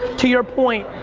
to your point,